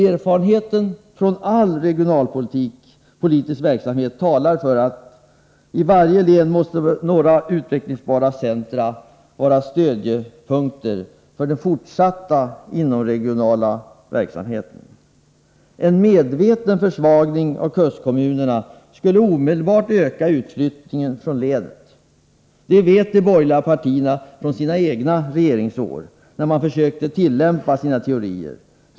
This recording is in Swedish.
Erfarenheten från all regionalpolitisk verksamhet talar för att varje län måste få några utvecklingsbara centra som stödjepunkter för den fortsatta inomregionala verksamheten. En medveten försvagning av kustkommunerna skulle omedelbart öka utflyttningen från länet. Det vet de borgerliga partierna från sina egna regeringsår, när man försökte tillämpa sina teorier.